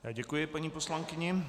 Já děkuji paní poslankyni.